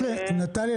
נטליה,